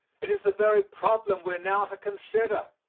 it is the very problem we are now to consider.